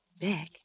back